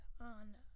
on